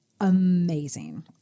amazing